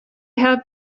have